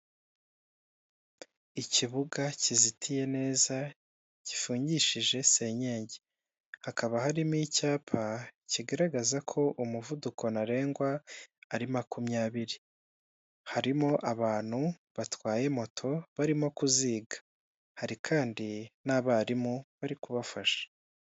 Ikibuga kizitiye neza, gifungishije senyenge. Hakaba harimo icyapa kigaragaza ko umuvuduko ntarengwa ari makumyabiri. Harimo abantu batwaye moto barimo kuziga. Hari kandi n'abarimu bari kubafasha.